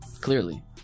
Clearly